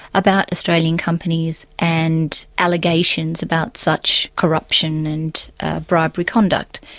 about australian companies and allegations about such corruption and bribery conduct.